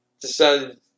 Decided